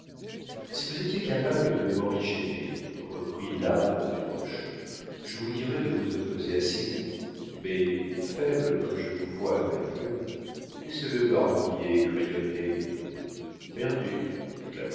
si vous étiez capable de le morigéner reprit l'âpre desroches je vous dirais de vous opposer à ses goûts mais faible comme je vous vois avec eux laissez-le barbouiller crayonner perdu